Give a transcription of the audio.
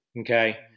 Okay